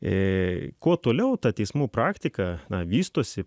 tai kuo toliau tą teismų praktiką vystosi